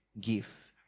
give